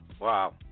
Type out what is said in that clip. Wow